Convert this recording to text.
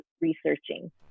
researching